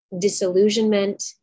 disillusionment